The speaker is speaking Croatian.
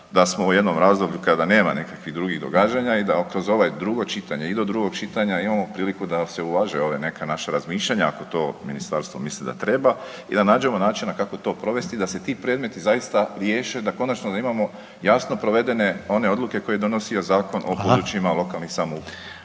da smo u jednom razdoblju kada nema nekakvih drugih događanja i da kroz ovaj, drugo čitanje i do drugog čitanja imamo priliku da se uvaže ove neke, naša razmišljanja, ako to ministarstvo misli da treba i da nađemo načina kako to provesti da se ti predmeti zaista riješe, da konačno imamo jasno provedene one odluke koje je donosio Zakon o područjima lokalnih samouprava.